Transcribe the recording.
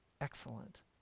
excellent